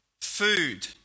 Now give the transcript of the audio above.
food